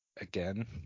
again